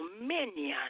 dominion